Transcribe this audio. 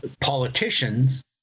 politicians